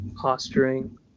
posturing